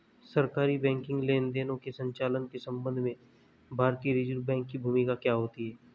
सरकारी बैंकिंग लेनदेनों के संचालन के संबंध में भारतीय रिज़र्व बैंक की भूमिका क्या होती है?